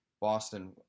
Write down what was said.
Boston